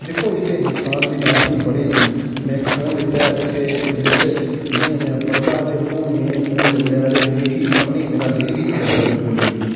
दिक्खो इसदे नुकसान बी तां असें ई बड़े न में इक फ़ोन लैता उसदे बिच जि'यां में पढ़दा हा ते हून में फ़ोन लेऊ उड़ेआ ते मिगी पढ़ने गी मेरा दिल गै निं करदा बिलकुल बी